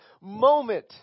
moment